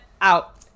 Out